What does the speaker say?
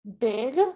big